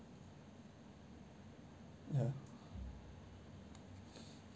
ya